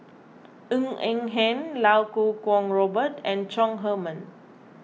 Ng Eng Hen Lau Kuo Kwong Robert and Chong Heman